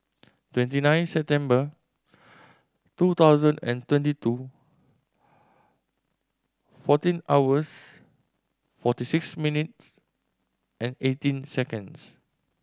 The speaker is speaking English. twenty nine September two thousand and twenty two fourteen hours forty six minutes and eighteen seconds